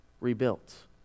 rebuilt